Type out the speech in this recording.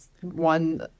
one